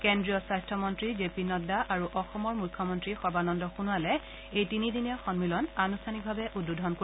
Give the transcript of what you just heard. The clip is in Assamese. কেন্দ্ৰীয় স্বাস্থ্য মন্ত্ৰী জে পি নাড্ডা আৰু অসমৰ মুখ্যমন্ত্ৰী সৰ্বানন্দ সোণোৱালে এই তিনিদিনীয়া সন্মিলন আনুষ্ঠানিকভাৱে উদ্বোধন কৰিব